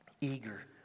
eager